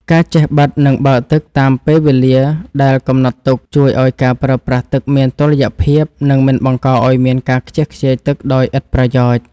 ការចេះបិទ និងបើកទឹកតាមពេលវេលាដែលកំណត់ទុកជួយឱ្យការប្រើប្រាស់ទឹកមានតុល្យភាព និងមិនបង្កឱ្យមានការខ្ជះខ្ជាយទឹកដោយឥតប្រយោជន៍។